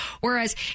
Whereas